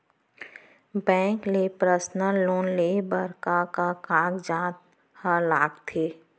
Bank ले personal loan लेये बर का का कागजात ह लगथे?